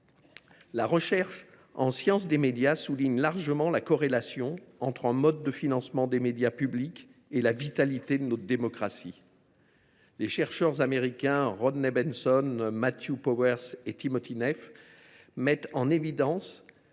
La recherche en sciences des médias souligne largement la corrélation entre le mode de financement des médias publics et la vitalité de la démocratie. Les chercheurs américains Rodney Benson, Matthew Powers et Timothy Neff mettent en évidence